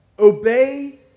Obey